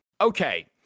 Okay